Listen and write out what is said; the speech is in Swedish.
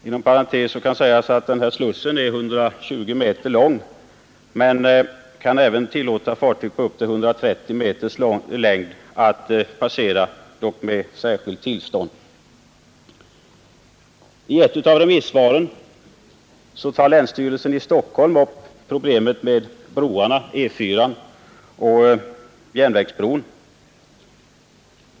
Inom parentes kan sägas att slussarna är 120 m långa. I ett av remissvaren tar länsstyrelsen i Stockholm upp problemet med broarna — E 4 och järnvägsbron.